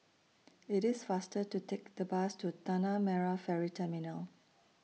IT IS faster to Take The Bus to Tanah Merah Ferry Terminal